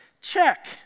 check